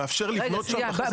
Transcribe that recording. מאפשר לבנות שם ואחרי זה --- רגע.